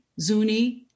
Zuni